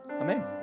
Amen